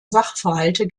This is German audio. sachverhalte